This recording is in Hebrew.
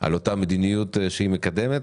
על אותה מדיניות שהיא מקדמת.